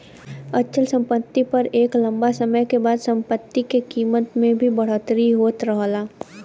अचल सम्पति पर एक लम्बा समय क बाद सम्पति के कीमत में भी बढ़ोतरी होत रहला